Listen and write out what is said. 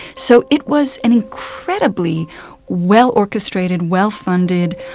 so it was an incredibly well orchestrated, well funded,